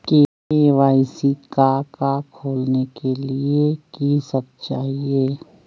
KYC का का खोलने के लिए कि सब चाहिए?